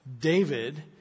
David